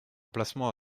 placement